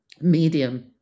medium